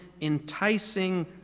enticing